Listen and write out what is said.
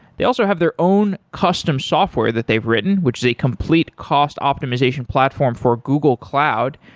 they also have their own custom software that they've written, which is a complete cost optimization platform for google cloud,